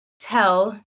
tell